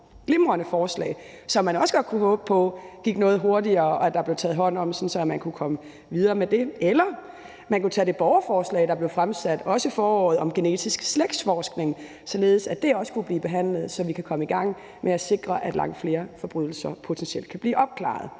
glimrende forslag, som man også godt kunne håbe på gik noget hurtigere og blev taget hånd om, sådan at man kunne komme videre med det. Eller man kunne tage det borgerforslag, der også blev fremsat i foråret, om genetisk slægtsforskning, således at det også kunne blive behandlet, så vi kan komme i gang med at sikre, at langt flere forbrydelser potentielt kan blive opklaret.